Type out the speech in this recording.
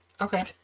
Okay